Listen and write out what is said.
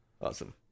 Awesome